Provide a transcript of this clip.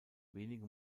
wenige